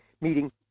meeting